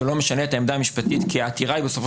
זה לא משנה את העמדה המשפטית כי העתירה בסופו